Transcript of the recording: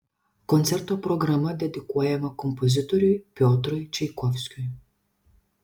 koncerto programa dedikuojama kompozitoriui piotrui čaikovskiui